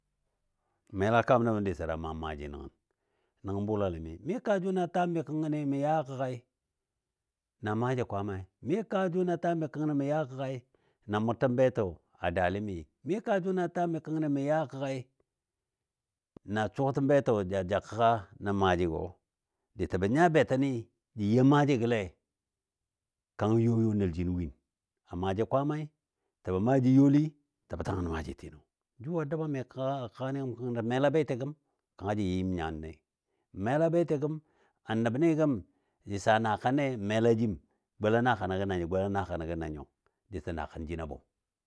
m mela kaam nəbɔ diso da maam maaji nəngən, nəngɔ bʊlalɨ mi. Mi kaa jʊnɨ a tami kəngkəni mə ya kəgai na maaji Kwaamai, mi kaa jʊnɨ a tami kəngkəni mə ya kəgai na mʊrtəm betɔ a dali mi, mi kaa jʊnɨ a tami kəngkəni mə ya kəgai na suwatəm betɔ ja ja kəga nən maajigɔ ditəbə nya beti ni jə you maajigɔle kang jinɔ win nəl jinɔ win a maaji Kwaamai təbɔ maaji youli, təbɔ tangən maajitinɔ jʊ a dəbami a kəga a kəgani gəm kəngkɔ mela beti gəm kanga jə yɨ yɨm nyanle, n mela beti gəm a nəbni gəm jə saa naakanne n mela jim gola naakanɔ gənanyɔ gola naakanɔ gənanyɔ diso naakan jina bʊm